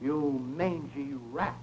you mangy ra